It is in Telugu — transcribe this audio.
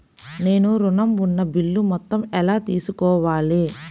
నేను ఋణం ఉన్న బిల్లు మొత్తం ఎలా తెలుసుకోవాలి?